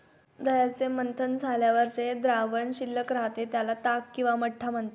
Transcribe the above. दह्याचे मंथन झाल्यावर जे द्रावण शिल्लक राहते, त्याला ताक किंवा मठ्ठा म्हणतात